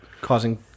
Causing